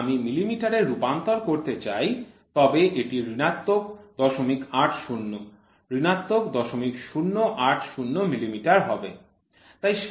সুতরাং যদি আমি মিলিমিটারে রূপান্তর করতে চাই তবে এটি ঋণাত্মক ০৮০ ঋণাত্মক ০০৮০ মিলিমিটার হবে